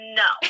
no